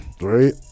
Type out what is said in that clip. right